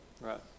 Right